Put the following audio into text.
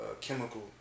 chemical